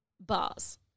bars